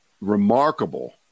remarkable